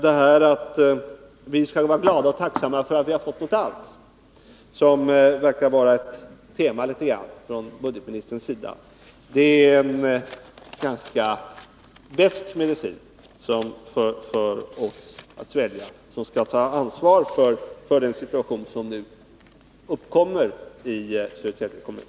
Detta att vi skall vara glada och tacksamma för att vi har fått något alls — vilket verkar vara litet av ett tema i budgetministerns anförande — är en ganska besk medicin att svälja för oss som skall ta ansvar för den situation som nu uppkommer i Södertälje kommun.